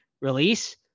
release